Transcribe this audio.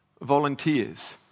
volunteers